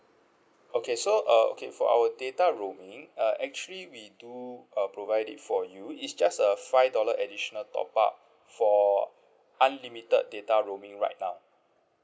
okay so uh okay for our data roaming uh actually we do uh provide it for you it just a five dollar additional top up for unlimited data roaming right now